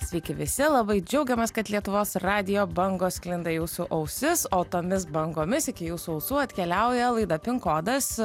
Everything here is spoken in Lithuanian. sveiki visi labai džiaugiamės kad lietuvos radijo bangos sklinda į jūsų ausis o tomis bangomis iki jūsų ausų atkeliauja laida pin kodas